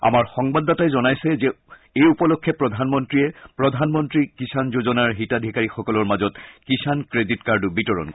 আমাৰ সংবাদদাতাই জনাইছে যে এই উপলক্ষে প্ৰধানমন্ত্ৰীয়ে প্ৰধানমন্ত্ৰী কিযাণ যোজনাৰ হিতাধিকাৰীসকলৰ মাজত কিযাণ ক্ৰেডিট কাৰ্ডো বিতৰণ কৰিব